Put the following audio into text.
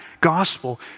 gospel